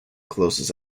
closes